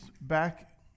back